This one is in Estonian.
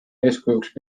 eeskujuks